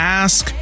ask